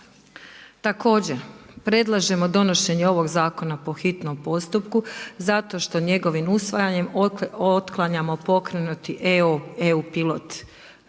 Također predlažemo donošenje ovog zakona po hitnom postupku zato što njegovim usvajanjem otklanjamo pokrenuti EU pilot